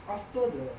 after the